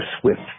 Swift